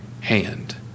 hand